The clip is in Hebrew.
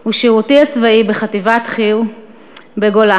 הוא שירותי הצבאי בחטיבת חי"ר בגולני,